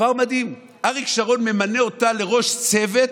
דבר מדהים, אריק שרון ממנה אותה לראש צוות,